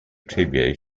tribute